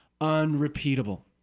unrepeatable